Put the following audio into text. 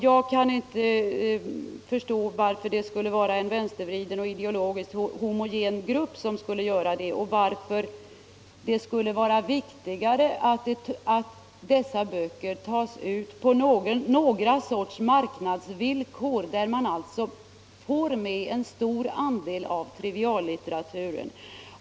Jag kan inte förstå varför det måste bli en vänstervriden och ideologiskt homogen grupp som gör det och varför det skulle vara riktigare att böckerna tas ut på någon sorts marknadsvillkor där man får med en stor andel av triviallitteraturen.